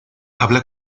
habla